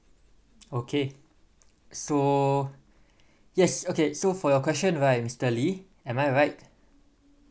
okay so yes okay so for your question right mister lee am I right